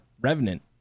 Revenant